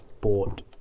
bought